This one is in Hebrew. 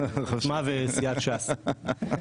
עוצמה וסיעת ש"ס.